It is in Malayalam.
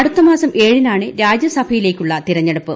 അടുത്ത മാസം ഏഴിനാണ് രാജ്യസഭയിലേയ്ക്കുള്ള തെരഞ്ഞെടുപ്പ്